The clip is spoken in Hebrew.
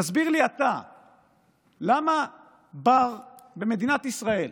תסביר לי אתה למה בר במדינת ישראל,